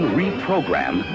reprogram